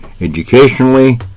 educationally